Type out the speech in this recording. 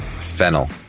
Fennel